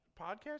podcast